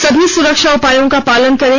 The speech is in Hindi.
सभी सुरक्षा उपायों का पालन करें